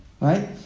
Right